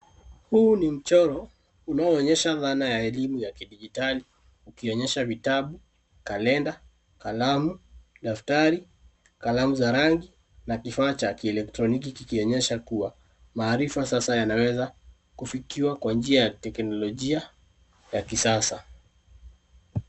Huu ni mchoro unaoonyesha dhana ya elimu ya kidijitali ukionyesha vitabu, kalenda, kalamu, daftrari ,kalamu za rangi na kifaa cha kielektroniki kikionyesha kuwa maarifa sasa yanaweza kufikiwa kwa njia ya teknolojia ya kisasa.